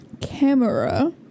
Camera